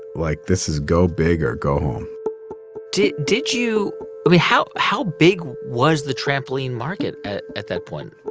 like, this is go big or go home did did you i mean, how how big was the trampoline market at at that point?